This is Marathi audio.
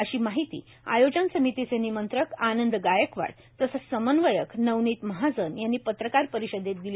अशी माहिती आयोजन समितीचे निमंत्रक आनंद गायकवाड तसंच समन्वयक नवनीत महाजन यांनी पत्रकार परिषदेत दिली